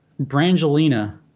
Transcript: Brangelina